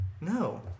No